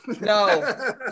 No